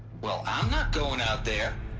well i'm not going out there!